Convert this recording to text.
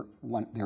one